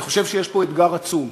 אני חושב שיש פה אתגר עצום,